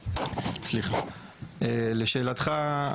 לשאלתך,